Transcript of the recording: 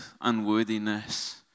unworthiness